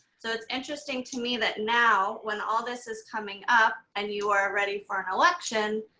so it's interesting to me that now when all this is coming up and you are ready for an election,